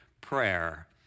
prayer